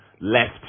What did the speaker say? left